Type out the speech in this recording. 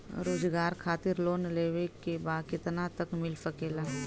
रोजगार खातिर लोन लेवेके बा कितना तक मिल सकेला?